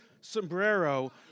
sombrero